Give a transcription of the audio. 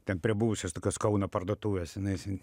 ten prie buvusios tokios kauno parduotuvės jinai sen